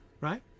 right